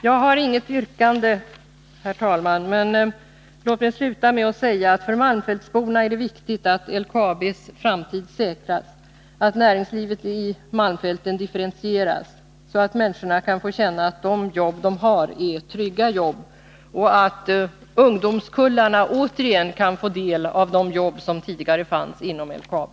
Jag har inget yrkande, herr talman, men jag vill sluta med att säga att för malmfältsborna är det viktigt att LKAB:s framtid säkras och att näringslivet i malmfälten differentieras, så att de kan få känna att de arbeten de har är trygga och ungdomskullarna återigen kan få del av de jobb som tidigare fanns inom LKAB.